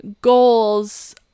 goals